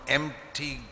empty